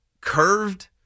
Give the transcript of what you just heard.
curved